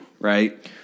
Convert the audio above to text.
right